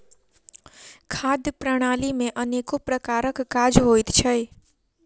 खाद्य प्रणाली मे अनेको प्रकारक काज होइत छै